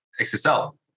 XSL